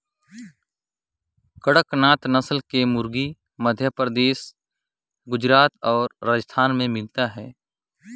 चिटगोंग नसल के मुरगा हर मध्यपरदेस, गुजरात अउ राजिस्थान में मिलथे